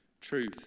truth